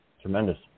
Tremendous